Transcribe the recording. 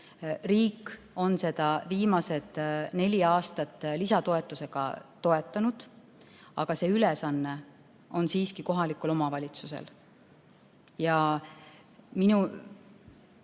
Riik on seda viimased neli aastat lisatoetusega toetanud, aga see ülesanne on siiski kohalikul omavalitsusel. Ja minu